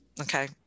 Okay